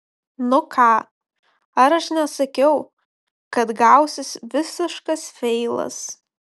nu ką ar aš nesakiau kad gausis visiškas feilas